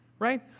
right